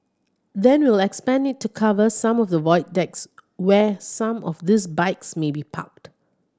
then we'll expand it to cover some of the void decks where some of these bikes may be parked